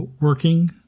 working